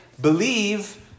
believe